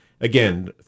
again